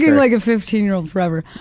like a fifteen year old forever.